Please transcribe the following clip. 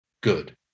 Good